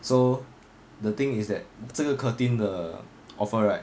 so the thing is that 这个 curtin 的 offer right